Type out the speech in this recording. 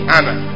Anna